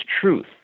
truth